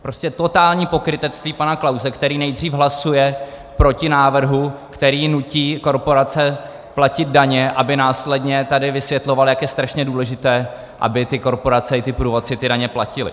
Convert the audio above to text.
Prostě totální pokrytectví pana Klause, který nejdřív hlasuje proti návrhu, který nutí korporace platit daně, aby následně tady vysvětloval, jak je strašně důležité, aby korporace i průvodci daně platili.